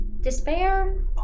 Despair